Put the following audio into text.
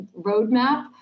roadmap